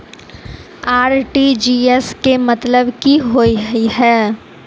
RTGS केँ मतलब की होइ हय?